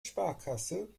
sparkasse